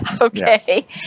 Okay